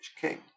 king